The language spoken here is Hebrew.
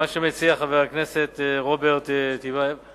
מה שמציע חבר הכנסת רוברט טיבייב הוא